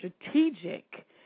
strategic